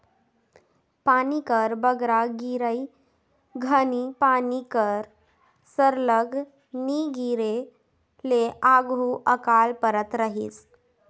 पानी कर बगरा गिरई घनी पानी कर सरलग नी गिरे ले आघु अकाल परत रहिस